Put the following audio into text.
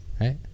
Right